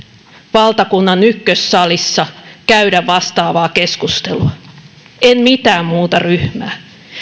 valtakunnan ykkössalissa käydä vastaavaa keskustelua en mitään muuta ryhmää